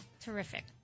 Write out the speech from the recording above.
Terrific